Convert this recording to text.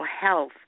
health